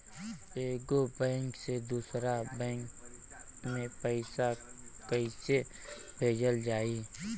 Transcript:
एगो बैक से दूसरा बैक मे पैसा कइसे भेजल जाई?